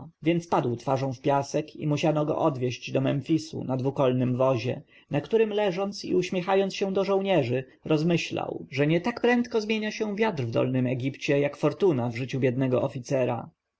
więc padł twarzą w piasek i musiano go odwieźć do memfisu na dwukolnym wozie na którym leżąc i uśmiechając się do żołnierzy rozmyślał że nie tak prędko zmienia się wiatr w dolnym egipcie jak fortuna w życiu biednego oficera